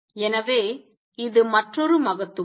எனவே இது மற்றொரு மகத்துவம்